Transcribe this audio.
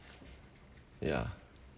yeah